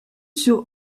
sur